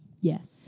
Yes